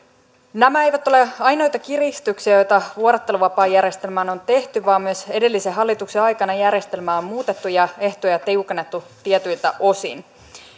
nämä eivät ole ainoita kiristyksiä joita vuorotteluvapaajärjestelmään on tehty vaan myös edellisen hallituksen aikana järjestelmää on muutettu ja ehtoja tiukennettu tietyiltä osin